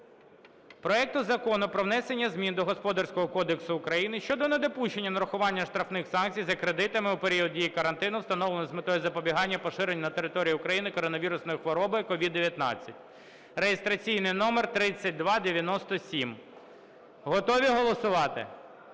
Проекту Закону про внесення змін до Господарського кодексу України (щодо недопущення нарахування штрафних санкцій за кредитами у період дії карантину, встановленого з метою запобігання поширенню на території України коронавірусної хвороби COVID-19) (реєстраційний номер 3297). Готові голосувати?